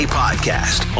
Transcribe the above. podcast